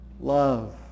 Love